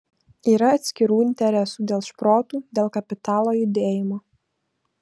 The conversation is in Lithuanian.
yra atskirų interesų dėl šprotų dėl kapitalo judėjimo